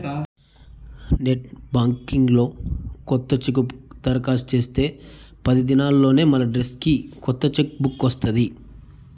net banking లో కొత్త chequebook దరకాస్తు చేస్తే పది దినాల్లోనే మనడ్రస్కి కొత్త చెక్ బుక్ వస్తాది